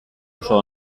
oso